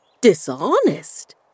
dishonest